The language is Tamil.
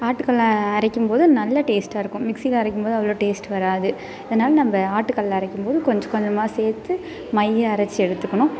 ஆட்டுகல்லில் அரைக்கும்போது நல்லா டேஸ்ட்டாக இருக்கும் மிக்சியில் அரைக்கும்போது அவ்வளோ டேஸ்ட் வராது அதனால் நம்ம ஆட்டுகல்லில் அரைக்கும்போது கொஞ்சம் கொஞ்சமாக சேர்த்து மைய அரைச்சி எடுத்துக்கணும்